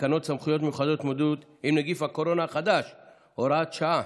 תקנות סמכויות מיוחדות להתמודדות עם נגיף הקורונה החדש (הוראת שעה)